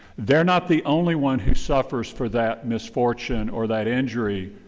they're not the only one who suffers for that misfortune or that injury.